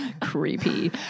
Creepy